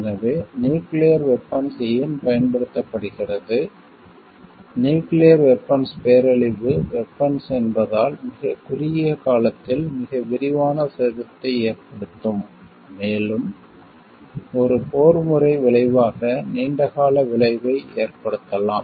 எனவே nuclear weapons ஏன் பயன்படுத்தப்படுகிறது நியூக்கிளியர் வெபன்ஸ் பேரழிவு வெபன்ஸ் என்பதால் மிகக் குறுகிய காலத்தில் மிக விரிவான சேதத்தை ஏற்படுத்தும் மேலும் ஒரு போர்முறை விளைவாக நீண்டகால விளைவை ஏற்படுத்தலாம்